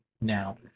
now